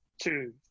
two